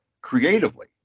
creatively